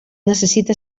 necessita